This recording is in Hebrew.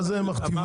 מה זה הן מכתיבות?